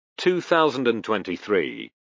2023